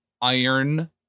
iron